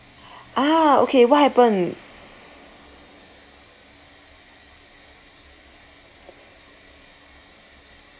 ah okay what happened